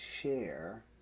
share